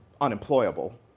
unemployable